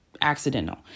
accidental